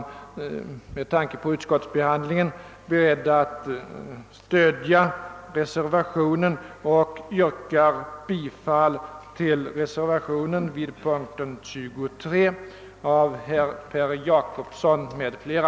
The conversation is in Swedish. Med tanke på utskottets behandling av detta ärende är jag beredd att nu stödja reservationen. Herr talman! Jag ber att få yrka bifall till den vid punkten 23 i utskottets utlåtande fogade reservationen av herr Per Jacobsson m.fl.